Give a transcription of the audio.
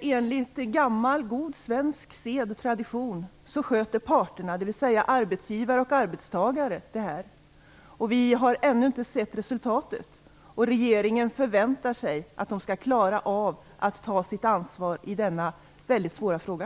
Enligt gammal god svensk sed och tradition sköter parterna, dvs. arbetsgivare och arbetstagare, det här. Vi har ännu inte sett resultatet. Regeringen förväntar sig att de skall klara av att ta sitt ansvar i denna väldigt svåra fråga.